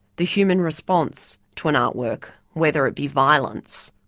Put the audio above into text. the human response to an artwork whether it be violence,